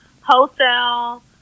wholesale